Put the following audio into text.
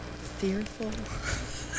fearful